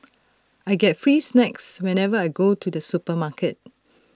I get free snacks whenever I go to the supermarket